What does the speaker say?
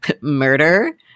murder